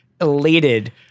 elated